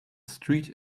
street